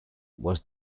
was